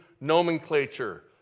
nomenclature